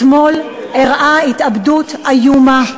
אתמול אירעה התאבדות איומה,